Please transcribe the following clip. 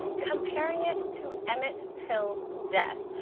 comparing it to emmett till's death.